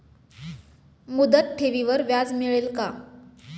मुदत ठेवीवर व्याज मिळेल का?